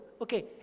Okay